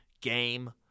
game